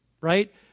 Right